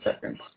seconds